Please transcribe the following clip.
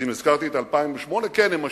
ואם הזכרתי את 2008, כן הם משיקים.